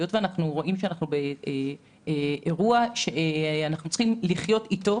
היות שאנחנו באירוע שאנחנו צריכים לחיות איתו